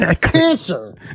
cancer